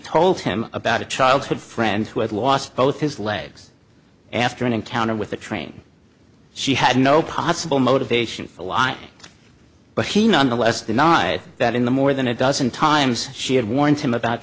told him about a childhood friend who had lost both his legs after an encounter with a train she had no possible motivation for a lot but he nonetheless deny that in the more than a dozen times she had warned him about